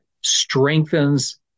strengthens